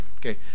Okay